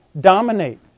dominate